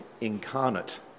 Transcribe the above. incarnate